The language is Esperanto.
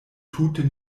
tute